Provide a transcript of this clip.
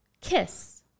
kiss